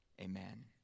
amen